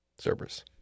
Cerberus